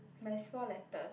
but it's four letter